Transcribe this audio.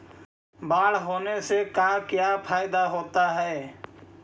बाढ़ होने से का क्या होता है?